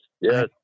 yes